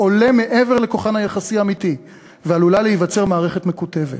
עולה מעבר לכוחן היחסי האמיתי ועלולה להיווצר מערכת מקוטבת".